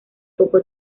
poco